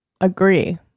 agree